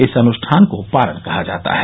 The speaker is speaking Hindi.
इस अनुष्ठान को पारण कहा जाता है